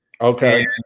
Okay